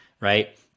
right